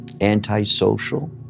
antisocial